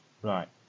right